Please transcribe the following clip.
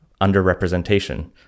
underrepresentation